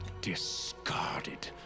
discarded